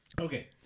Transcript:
Okay